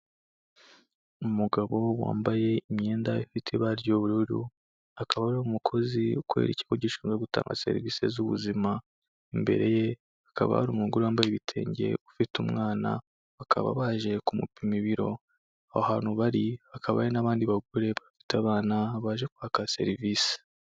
Umugabo wambaye imyenda ifite ibara ry'ubururu akaba ari umukozi ukorera ikigo gishinzwe gutanga serivisi z'ubuzima, imbere ye hakaba hari umugore wambaye ibitenge ufite umwana bakaba baje kumupima ibiro, aho hantu bari hakaba hari n'abandi bagore bafite abana baje kwaka serivisi.